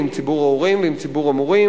עם ציבור ההורים ועם ציבור המורים,